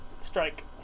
Strike